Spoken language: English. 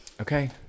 Okay